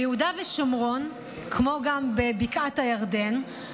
ביהודה ושומרון, כמו גם בבקעת הירדן,